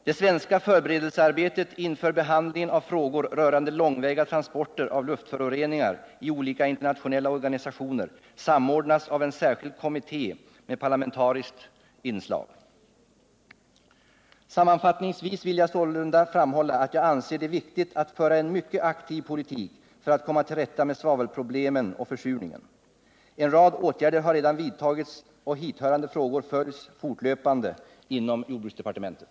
Det svenska förberedelsearbetet inför behandlingen av frågor rörande långväga transport av luftföroreningar i olika internationella organisationer samordnas av en särskild kommitté med parlamentariskt inslag. Sammanfattningsvis vill jag sålunda framhålla att jag anser det viktigt att föra en mycket aktiv politik för att komma till rätta med svavelproblemen och försurningen. En rad åtgärder har redan vidtagits och hithörande frågor följs fortlöpande inom jordbruksdepartementet.